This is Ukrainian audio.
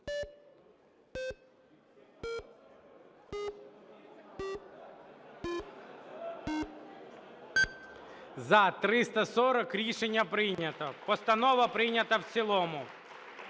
За-340 Рішення прийнято, постанова прийнята в цілому.